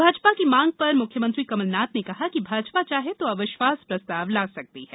भाजपा की मांग पर मुख्यमंत्री कमलनाथ ने कहा कि भाजपा चाहे तो अविश्वास प्रस्ताव ला सकती है